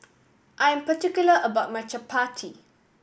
I am particular about my Chapati